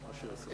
מה שירצו.